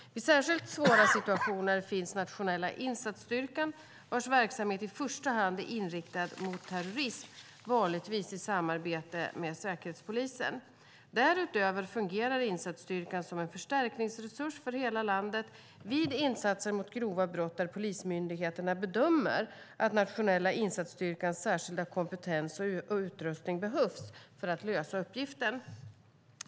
Vid särskilt svåra situationer finns Nationella insatsstyrkan, vars verksamhet i första hand är inriktad mot terrorism, vanligtvis i samarbete med Säkerhetspolisen. Därutöver fungerar insatsstyrkan som en förstärkningsresurs för hela landet vid insatser mot grova brott där polismyndigheterna bedömer att Nationella insatsstyrkans särskilda kompetens och utrustning behövs för att lösa uppgiften.